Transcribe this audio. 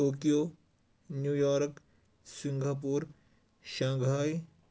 Tokyo new york singapore shanghai